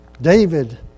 David